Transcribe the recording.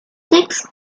sixth